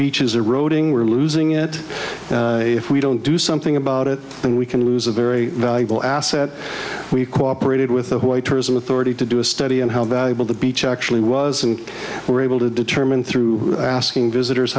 beach is eroding we're losing it if we don't do something about it and we can lose a very valuable asset we cooperated with the why tourism authority to do a study and how valuable the beach actually was and were able to determine through asking visitors